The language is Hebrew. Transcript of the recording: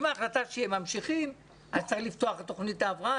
אם ההחלטה היא שממשיכים אז צריך לפתוח את תוכנית ההבראה,